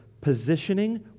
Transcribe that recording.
positioning